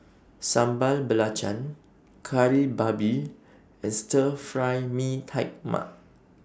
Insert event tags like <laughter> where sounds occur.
Sambal Belacan Kari Babi and Stir Fry Mee Tai Mak <noise>